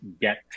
get